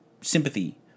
sympathy